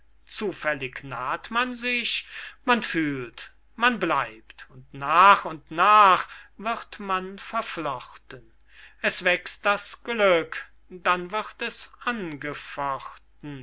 zufällig naht man sich man fühlt man bleibt und nach und nach wird man verflochten es wächst das glück dann wird es angefochten